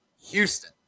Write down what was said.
Houston